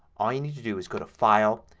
all you need to do is go to file,